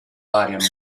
variano